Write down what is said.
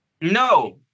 No